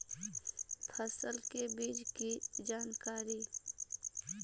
फसल के बीज की जानकारी?